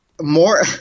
more